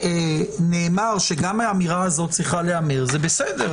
נאמר שגם האמירה הזאת צריכה להיאמר, זה בסדר.